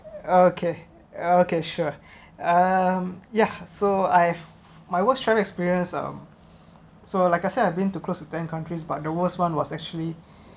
okay okay sure um ya so I have my worst travel experience um so like I said I've been to close the then countries but the worst one was actually